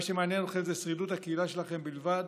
מה שמעניין אתכם זה שרידות הקהילה שלכם בלבד?